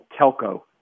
telco